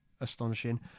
astonishing